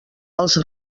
els